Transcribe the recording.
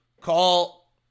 call